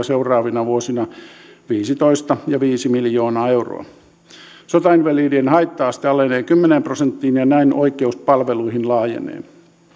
seuraavina vuosina viisitoista ja viisi miljoonaa euroa sotainvalidien haitta aste alenee kymmeneen prosenttiin ja näin oikeus palveluihin laajenee